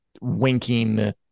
winking